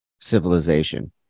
civilization